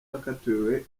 yakatiwe